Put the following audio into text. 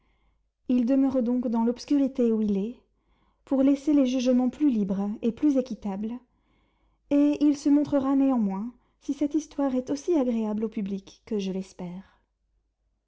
il demeure donc dans l'obscurité où il est pour laisser les jugements plus libres plus équitables il se montrera néanmoins si cette histoire est aussi agréable au public que je l'espère